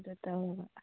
ꯑꯗꯨ ꯇꯧꯔꯒ